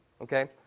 okay